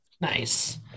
Nice